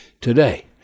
today